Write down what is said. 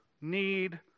need